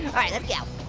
alright let's go.